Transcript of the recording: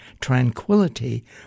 Tranquility